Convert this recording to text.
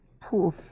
Poor